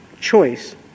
choice